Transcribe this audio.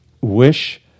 wish